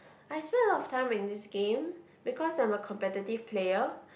I swear a lot of time in this game because I'm a competitive player